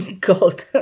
God